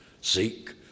seek